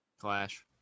Clash